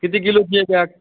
किती किलोची आहे बॅक